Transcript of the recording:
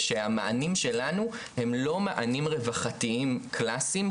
שהמענים שלנו הם לא מענים רווחתיים קלאסיים,